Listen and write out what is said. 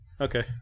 okay